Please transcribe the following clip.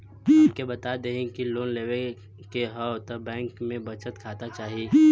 हमके बता देती की लोन लेवे के हव त बैंक में बचत खाता चाही?